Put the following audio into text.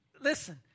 Listen